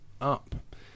up